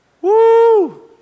Woo